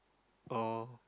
or